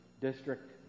district